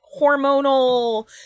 hormonal